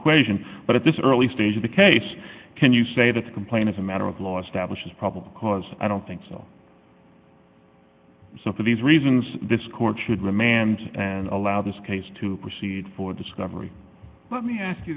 equation but at this early stage of the case can you say that a complaint as a matter of law stablish is probable cause i don't think so so for these reasons this court should remand and allow this case to proceed for discovery let me ask you